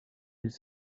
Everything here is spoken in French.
ils